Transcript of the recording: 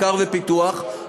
מחקר ופיתוח,